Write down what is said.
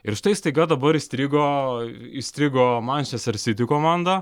ir štai staiga dabar įstrigo įstrigo mančester siti komanda